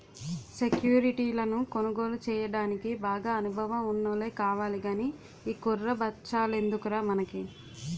సెక్యురిటీలను కొనుగోలు చెయ్యడానికి బాగా అనుభవం ఉన్నోల్లే కావాలి గానీ ఈ కుర్ర బచ్చాలెందుకురా మనకి